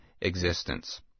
existence